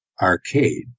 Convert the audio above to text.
arcade